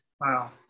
Wow